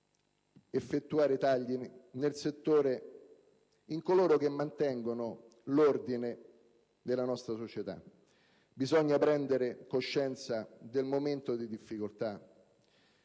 effettuare tagli nel settore di coloro che mantengono l'ordine nella nostra società. Bisogna prendere coscienza del momento di difficoltà.